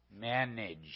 manage